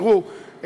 תראו,